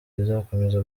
izakomeza